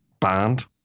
banned